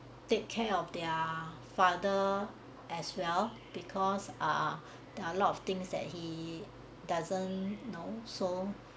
take care of their father as well because uh there are a lot of things that he doesn't know so